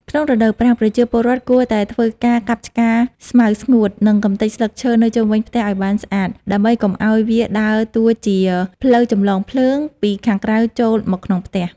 ក្នុងរដូវប្រាំង ប្រជាពលរដ្ឋគួរតែធ្វើការកាប់ឆ្ការស្មៅស្ងួត និងកម្ទេចស្លឹកឈើនៅជុំវិញផ្ទះឱ្យបានស្អាត ដើម្បីកុំឱ្យវាដើរតួជា ផ្លូវចម្លងភ្លើង ពីខាងក្រៅចូលមកក្នុងផ្ទះ។